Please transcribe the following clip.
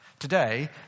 Today